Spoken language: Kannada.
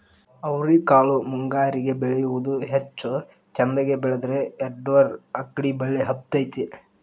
ಅವ್ರಿಕಾಳು ಮುಂಗಾರಿಗೆ ಬೆಳಿಯುವುದ ಹೆಚ್ಚು ಚಂದಗೆ ಬೆಳದ್ರ ಎರ್ಡ್ ಅಕ್ಡಿ ಬಳ್ಳಿ ಹಬ್ಬತೈತಿ